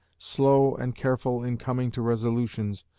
slow and careful in coming to resolutions,